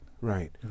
Right